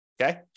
okay